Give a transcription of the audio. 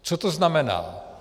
Co to znamená?